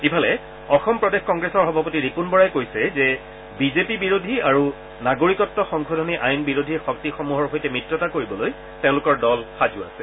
ইফালে অসম প্ৰদেশ কংগ্ৰেছৰ সভাপতি ৰিপূণ বৰাই কৈছে যে বিজেপি বিৰোধী আৰু নাগৰিকত্ব সংশোধনী আইন বিৰোধী শক্তিসমূহৰ সৈতে মিত্ৰতা কৰিবলৈ তেওঁলোকৰ দল সাজু আছে